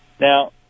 Now